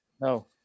No